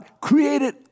created